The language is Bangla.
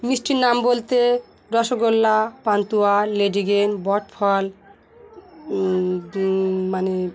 মিষ্টির নাম বলতে রসগোল্লা পান্তুয়া লেডিকেনি বটফল মানে